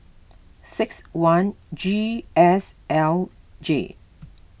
six one G S L J